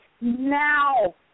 now